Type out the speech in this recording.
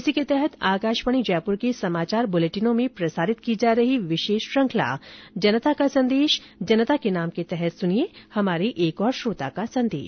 इसी के तहत आकाशवाणी जयपुर के समाचार बुलेटिनों में प्रसारित की जा रही विशेष श्रृखंला जनता का संदेश जनता के नाम के तहत सुनिये हमारे श्रोता का संदेश